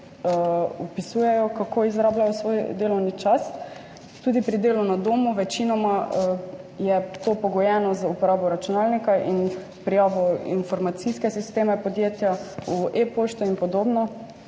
vpisujejo, kako izrabljajo svoj delovni čas, tudi pri delu na domu, večinoma je to pogojeno z uporabo računalnika in prijavo v informacijske sisteme podjetja, v e-pošto in podobno